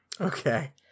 Okay